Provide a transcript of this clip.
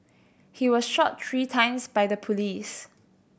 he was shot three times by the police